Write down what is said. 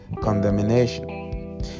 condemnation